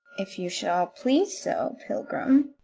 if you shall please so, pilgrim.